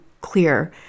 clear